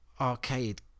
arcade